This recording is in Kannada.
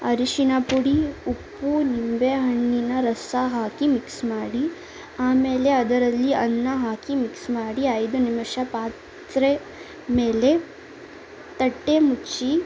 ಅರಿಶಿಣ ಪುಡಿ ಉಪ್ಪು ನಿಂಬೆ ಹಣ್ಣಿನ ರಸ ಹಾಕಿ ಮಿಕ್ಸ್ ಮಾಡಿ ಆಮೇಲೆ ಅದರಲ್ಲಿ ಅನ್ನ ಹಾಕಿ ಮಿಕ್ಸ್ ಮಾಡಿ ಐದು ನಿಮಿಷ ಪಾತ್ರೆ ಮೇಲೆ ತಟ್ಟೆ ಮುಚ್ಚಿ